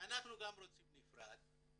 אנחנו גם רוצים נפרד.